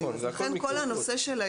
נכון, זה הכל מיקור חוץ.